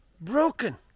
broken